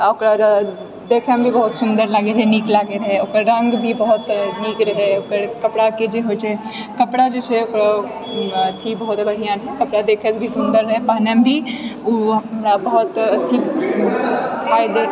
आ ओकर देखैमे भी बहुत सुन्दर लागै रहै नीक लागै रहै ओकर रङ्ग भी बहुत नीक रहै ओकर कपड़ाके जे होइ छै कपड़ा जे छै ओकर अथि बहुत बढ़िया रहै कपड़ा देखैसे भी सुन्दर रहै पहिनैमे भी ऊ हमरा बहुत अथि